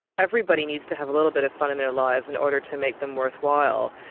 everybody needs to have a little bit of fun in their lives in order to make them worthwhile.